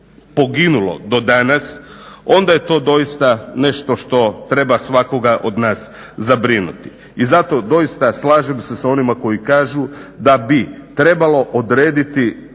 poginulo do danas onda je to doista nešto treba svakoga od nas zabrinuti. I zato doista slažem se s onima koji kažu da bi trebalo odrediti